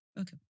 Okay